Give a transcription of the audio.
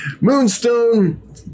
Moonstone